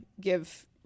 give